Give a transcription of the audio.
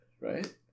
right